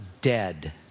dead